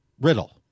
riddle